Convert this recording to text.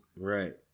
Right